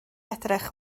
edrych